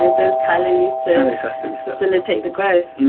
those calories to facilitate the growth.